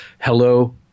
hello